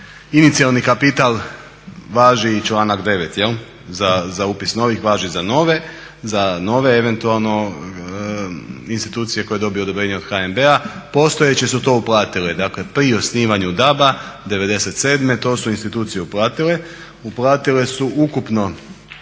inicijalni kapital važi i članak 9.za upis novih, važi i za nove, za nove eventualno institucije koje dobiju odobrenje od HNB-a, postojeće su to uplatile. Dakle prisežem osnivanju DAB-a 97.to su institucije uplatile, uplatile su ukupno